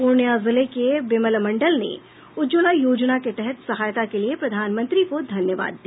पूर्णिया जिले के बिमल मंडल ने उज्ज्वला योजना के तहत सहायता के लिए प्रधानमंत्री को धन्यवाद दिया